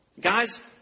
Guys